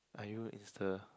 are you Insta